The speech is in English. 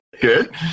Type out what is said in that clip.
Good